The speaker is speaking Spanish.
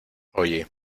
oye